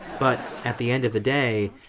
but at the end of the day,